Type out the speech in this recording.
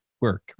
work